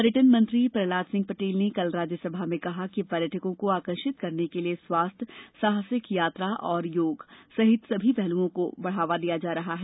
पर्यटन मंत्री प्रहलाद सिंह पटेल ने कल राज्यसभा में कहा कि पर्यटकों को आकर्षित करने के लिए स्वास्थ्य साहसिक यात्रा और योग सहित सभी पहलुओं को बढ़ावा दिया जा रहा है